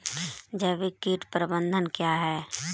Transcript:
जैविक कीट प्रबंधन क्या है?